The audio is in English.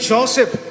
Joseph